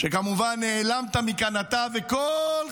שכמובן נעלמת מכאן,